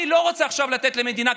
אני לא רוצה עכשיו לתת למדינה,